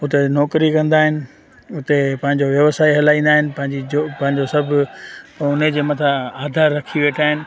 उते नौकरी कंदा आहिनि उते पंहिंजो व्यवसाय हलाईंदा आहिनि पंहिंजी जो पंहिंजो सभु उने जे मथां आधार रखी वेठा आहिनि